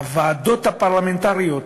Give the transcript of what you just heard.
הוועדות הפרלמנטריות,